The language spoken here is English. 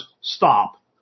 stop